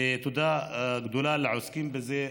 ותודה גדולה לעוסקים בזה,